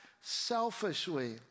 selfishly